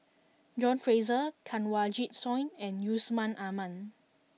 John Fraser Kanwaljit Soin and Yusman Aman